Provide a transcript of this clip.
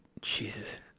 Jesus